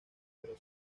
pero